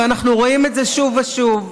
ואנחנו רואים את זה שוב ושוב,